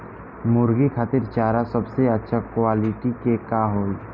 मुर्गी खातिर चारा सबसे अच्छा क्वालिटी के का होई?